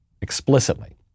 explicitly